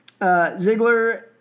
Ziggler